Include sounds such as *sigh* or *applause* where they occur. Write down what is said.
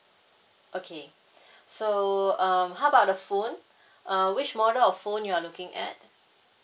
okay *breath* so um how about the phone *breath* uh which model of phone you are looking at